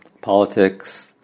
politics